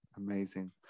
amazing